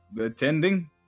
attending